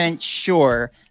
sure